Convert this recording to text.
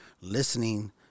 listening